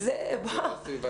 יש עומס.